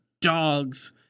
dogs